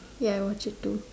ya I watch it too